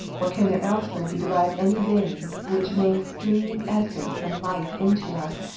or can there elsewhere be derived any vein, which may stream essence and life into us,